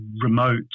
remote